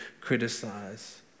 criticize